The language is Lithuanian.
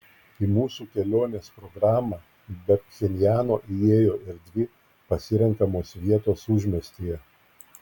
į mūsų kelionės programą be pchenjano įėjo ir dvi pasirenkamos vietos užmiestyje